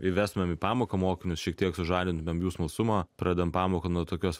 įvestumėm į pamoką mokinius šiek tiek sužadintumėm jų smalsumą pradedam pamoką nuo tokios